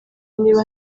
niba